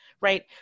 Right